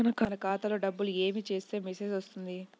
మన ఖాతాలో డబ్బులు ఏమి చేస్తే మెసేజ్ వస్తుంది?